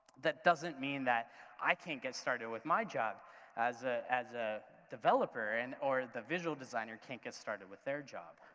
that doesn't mean that i can't get started with my job as ah a ah developer and or the visual designer can't get started with their job,